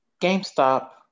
GameStop